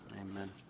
Amen